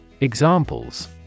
Examples